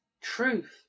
truth